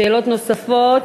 שאלות נוספות.